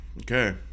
Okay